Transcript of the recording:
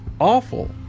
awful